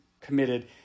committed